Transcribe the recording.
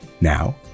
Now